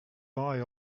eye